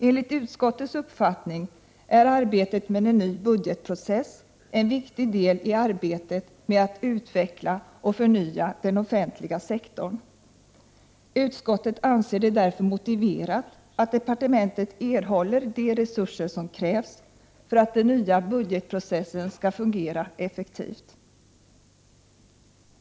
Enligt utskottets uppfattning är arbetet med en ny budgetprocess en viktig del i arbetet med att utveckla och förnya den offentliga sektorn. Utskottet anser det därför motiverat att departementet erhåller de resurser som krävs för att den nya budgetprocessen skall fungera effektivt.